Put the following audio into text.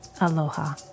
Aloha